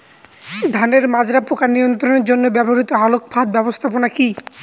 ধানের মাজরা পোকা নিয়ন্ত্রণের জন্য ব্যবহৃত আলোক ফাঁদ ব্যবস্থাপনা কি?